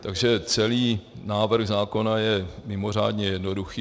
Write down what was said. Takže celý návrh zákona je mimořádně jednoduchý.